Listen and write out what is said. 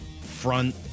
front